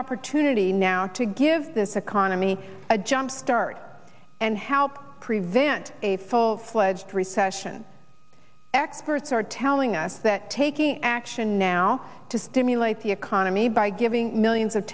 opportunity now to give this economy a jumpstart and help prevent a full fledged recession experts are telling us that taking action now to stimulate the economy by giving millions of